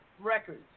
records